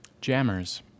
jammers